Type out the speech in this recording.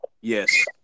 Yes